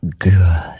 Good